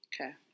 Okay